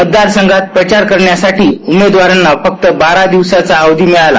मतदारसंघात प्रचार करण्यासाठी उमेदवारांना फक्त बारा दिवसाचा अवधी मिळाला